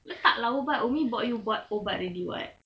letaklah ubat umi bought you ubat already [what]